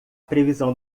previsão